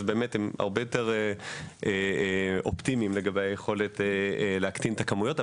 הם הרבה יותר אופטימיים לגבי היכולת להקטין את הכמויות.